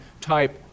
type